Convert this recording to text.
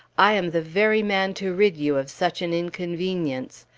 i am the very man to rid you of such an inconvenience!